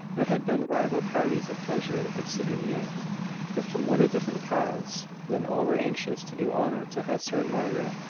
there had been rival parties of pleasure the preceding year but from what a different cause! then, all were anxious to do honour to hester and margaret,